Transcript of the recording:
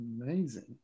amazing